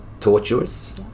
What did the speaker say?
torturous